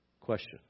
Question